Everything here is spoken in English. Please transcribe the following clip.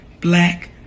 black